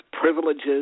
privileges